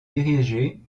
dirigé